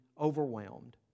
overwhelmed